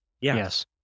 Yes